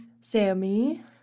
Sammy